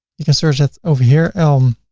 you can search it over here, um